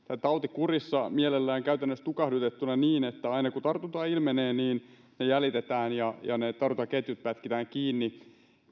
taudin kurissa mielellään käytännössä tukahdutettuna niin että aina kun tartunta ilmenee niin se jäljitetään ja ne tartuntaketjut pätkitään kiinni